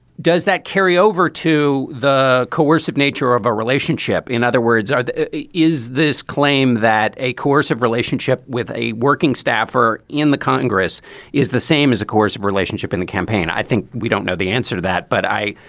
does that carry over to the coercive nature of a relationship. in other words is this claim that a course of relationship with a working staffer in the congress is the same as a course of relationship in the campaign i think we don't know the answer to that but i.